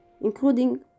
including